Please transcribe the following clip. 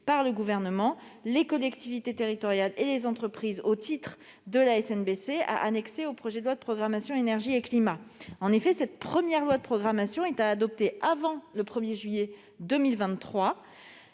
par le Gouvernement, les collectivités territoriales et les entreprises au titre de la SNBC à annexer au projet de loi de programmation énergie et climat. Cette première loi de programmation, à adopter avant le 1 juillet 2023,